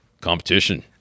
competition